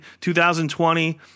2020